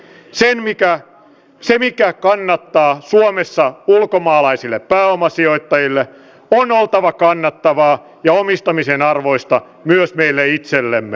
sen mikä kannattaa suomessa ulkomaalaisille pääomasijoittajille on oltava kannattavaa ja omistamisen arvoista myös meille itsellemme